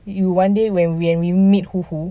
you one day when we and we meet who who